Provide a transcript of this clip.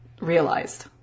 realized